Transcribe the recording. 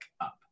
up